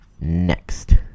next